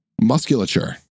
musculature